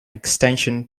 extension